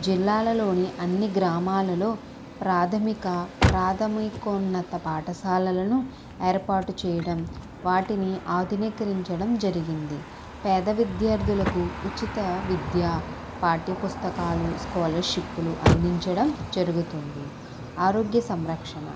జిల్లాలలోని అన్ని గ్రామాలలో ప్రాథమిక ప్రాథమికోన్నత పాఠశాలలను ఏర్పాటు చేయడం వాటిని ఆధునికరించడం జరిగింది పేద విద్యార్థులకు ఉచిత విద్య పాఠ్యపుస్తకాలు స్కాలర్షిప్లు అందించడం జరుగుతుంది ఆరోగ్య సంరక్షణ